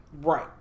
Right